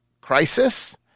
crisis